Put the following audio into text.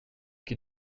qui